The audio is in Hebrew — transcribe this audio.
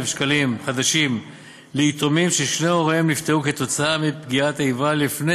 שקלים חדשים ליתומים ששני הוריהם נפטרו כתוצאה מפגיעת איבה לפני